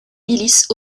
milices